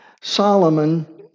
Solomon